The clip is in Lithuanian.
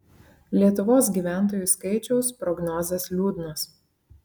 lietuvos gyventojų skaičiaus prognozės liūdnos